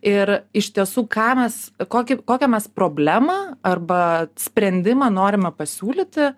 ir iš tiesų ką mes kokį kokią mes problemą arba sprendimą norime pasiūlyti